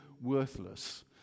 worthless